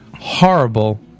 horrible